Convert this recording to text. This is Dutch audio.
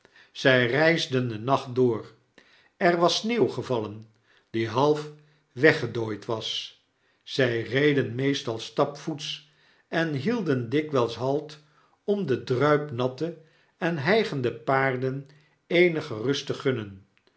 zij reisden den nacht door er was sneeuw gevallen die half weggedooid was zij reden meestal stapvoets en hielden dikwijls halt om de druipnatte en hygende paarden eenige rust te gunnen